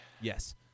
Yes